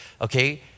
okay